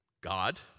God